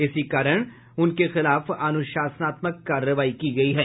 इसी कारण उनके खिलाफ अनुशासनात्मक कार्रवाई की गयी है